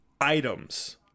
items